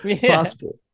possible